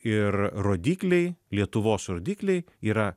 ir rodikliai lietuvos rodikliai yra